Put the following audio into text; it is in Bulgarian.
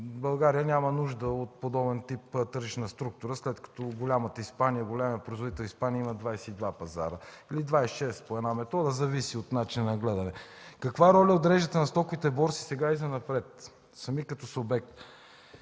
България няма нужда от подобен тип тържищна структура, след като големият производител Испания има 22 или 26 пазара по един метод, зависи от начина на гледане. Каква роля отреждате на стоковите борси сега и занапред? Сами като субект.